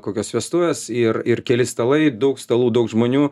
kokios vestuvės ir ir keli stalai daug stalų daug žmonių